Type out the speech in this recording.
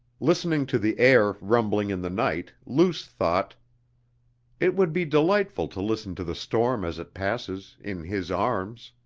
listening to the air rumbling in the night, luce thought it would be delightful to listen to the storm as it passes, in his arms.